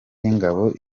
y’ingabo